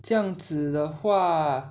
这样子的话